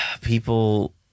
People